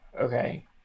Okay